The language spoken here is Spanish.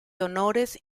honores